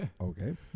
Okay